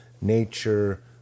nature